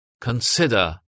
consider